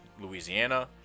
Louisiana